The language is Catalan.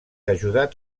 ajudat